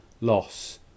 loss